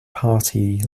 party